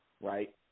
right